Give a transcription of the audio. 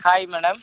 hi madam